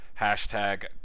hashtag